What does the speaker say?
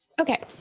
Okay